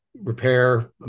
repair